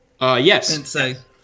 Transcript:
Yes